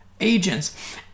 agents